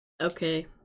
Okay